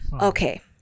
Okay